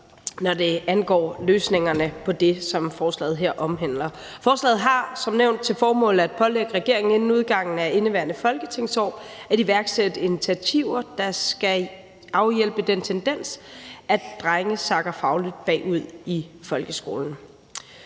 når det angår løsningerne på det, som forslaget her omhandler. Forslaget har som nævnt til formål at pålægge regeringen inden udgangen af indeværende folketingsår at iværksætte initiativer, der skal afhjælpe den tendens, at drenge sakker fagligt bagud i folkeskolen.